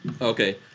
Okay